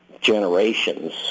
generations